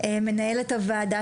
מנהלת הוועדה,